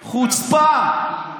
נרדף, חוצפה.